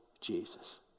Jesus